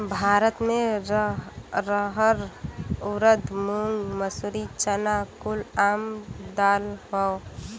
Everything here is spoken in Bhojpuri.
भारत मे रहर ऊरद मूंग मसूरी चना कुल आम दाल हौ